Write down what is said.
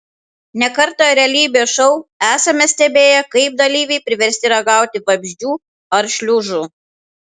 ne kartą realybės šou esame stebėję kaip dalyviai priversti ragauti vabzdžių ar šliužų